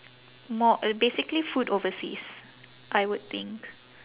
more uh basically food overseas I would think